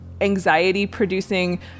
anxiety-producing